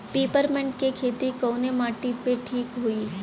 Peppermint के खेती कवने माटी पे ठीक होई?